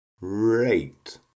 rate